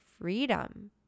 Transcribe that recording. freedom